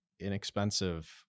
inexpensive